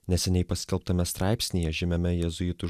neseniai paskelbtame straipsnyje žymiame jėzuitų